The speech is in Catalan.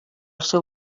seu